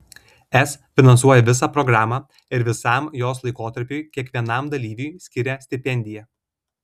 es finansuoja visą programą ir visam jos laikotarpiui kiekvienam dalyviui skiria stipendiją